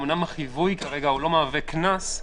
אומנם החיווי כרגע לא מהווה קנס,